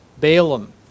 Balaam